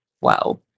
wow